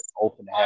open